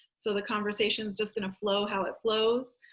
so the conversation is just going to flow how it flows.